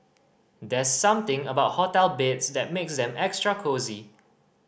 there's something about hotel beds that makes them extra cosy